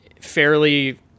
fairly